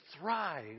thrive